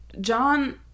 John